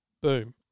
boom